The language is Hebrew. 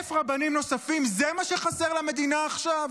1,000 רבנים נוספים, זה מה שחסר למדינה עכשיו?